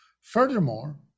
Furthermore